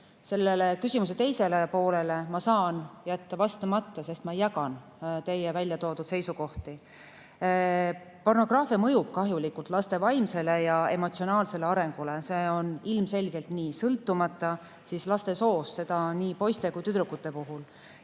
miks?" Küsimuse teisele poolele ma saan jätta vastamata, sest ma jagan teie väljatoodud seisukohti. Pornograafia mõjub kahjulikult laste vaimsele ja emotsionaalsele arengule – see on ilmselgelt nii –, sõltumata laste soost, seda nii poiste kui ka tüdrukute puhul.